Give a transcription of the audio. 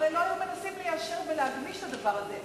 הרי לא היו מנסים ליישר ולהגמיש את הדבר הזה.